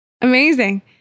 amazing